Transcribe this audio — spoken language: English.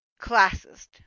classist